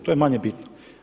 To je manje bitno.